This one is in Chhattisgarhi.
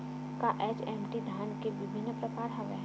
का एच.एम.टी धान के विभिन्र प्रकार हवय?